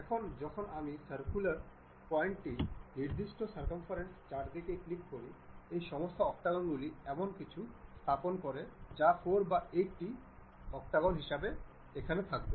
এখন যখন আমি সার্কুলার প্যাটার্নটির নির্দিষ্ট সার্কামফারেন্স চারিদিকে ক্লিক করি এই সমস্ত অক্টাগণগুলি এমন কিছু স্থাপন করবে যা 4 বা 8 টি অক্টাগণ হিসাবে এখানে থাকবে